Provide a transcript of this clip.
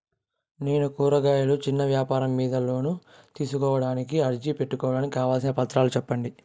నేను కూరగాయలు చిన్న వ్యాపారం మీద లోను తీసుకోడానికి అర్జీ పెట్టుకోవడానికి కావాల్సిన పత్రాలు సెప్పండి?